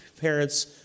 parents